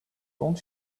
don’t